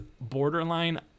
borderline